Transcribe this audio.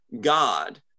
god